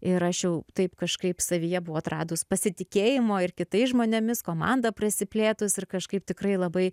ir aš jau taip kažkaip savyje buvau atradus pasitikėjimo ir kitais žmonėmis komanda prasiplėtus ir kažkaip tikrai labai